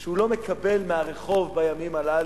שהוא לא מקבל מהרחוב בימים הללו,